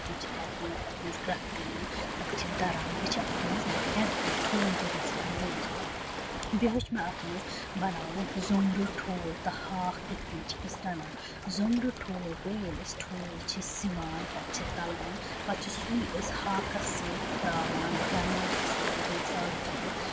تِم چھِ پتہٕ یِمن تَتھ منٛز گرٛیکھ دِوان تِم چھِ دَران بیٚیہِ چھِ اَتھ منٛز اٮ۪گ تہِ ٹھوٗل تہِ گژھان یوٗز بیٚیہِ ہٮ۪وٚچھ مےٚ اَتھ منٛز بَناوُن زوٚمبرٕ ٹھوٗل تہٕ ہاکھ کِتھ کٔنۍ چھِ أسۍ رَنان زوٚمبرٕ ٹھوٗل گوٚو ییٚلہِ أسۍ ٹھوٗل چھِ سِوان پَتہٕ چھِ تَلان پَتہٕ چھِ سُے أسۍ ہاکَس سۭتۍ تراوان رَنان اَصٕل پٲٹھۍ مَصالہٕ ترٲوِتھ